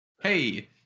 hey